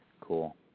Cool